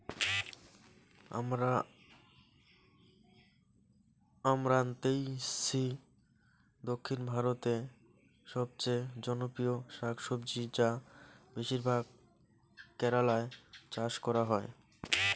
আমরান্থেইসি দক্ষিণ ভারতের সবচেয়ে জনপ্রিয় শাকসবজি যা বেশিরভাগ কেরালায় চাষ করা হয়